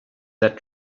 that